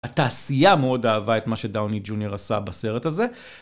התעשייה מאוד אהבה את מה שדאוני ג'וניור עשה בסרט הזה.